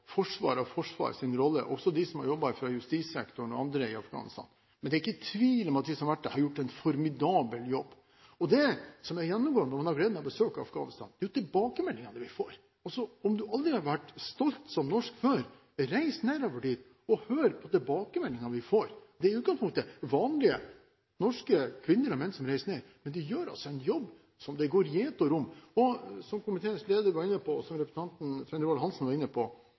Forsvaret og Forsvarets rolle – også de som har jobbet fra justissektoren, og andre i Afghanistan. Det er ikke tvil om at de som har vært der, har gjort en formidabel jobb. Det som er gjennomgående når man har gleden av å besøke Afghanistan, er tilbakemeldingene vi får. Om man aldri har vært stolt som norsk før: Reis ned dit og hør på tilbakemeldingene vi får! Det er i utgangspunktet vanlige norske kvinner og menn som reiser ned, men de gjør en jobb som det går gjetord om. Som komiteens leder og som representanten Svein Roald Hansen var inne på: